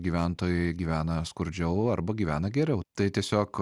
gyventojai gyvena skurdžiau arba gyvena geriau tai tiesiog